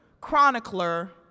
chronicler